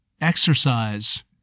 exercise